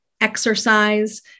exercise